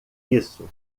isso